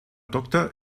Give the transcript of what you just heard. doktor